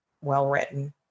well-written